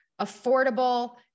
affordable